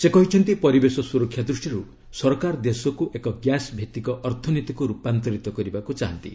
ସେ କହିଛନ୍ତି ପରିବେଷ ସୁରକ୍ଷା ଦୃଷ୍ଟିରୁ ସରକାର ଦେଶକୁ ଏକ ଗ୍ୟାସ୍ ଭିଭିକ ଅର୍ଥନୀତିକୁ ରୁପାନ୍ତରିତ କରିବାକୁ ଚାହାନ୍ତି